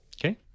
Okay